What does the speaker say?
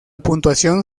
puntuación